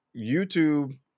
YouTube